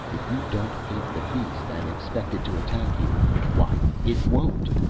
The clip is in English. if you don't hate the beast and expect it to attack you why it won't.